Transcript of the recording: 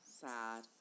sad